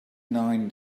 nine